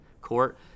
court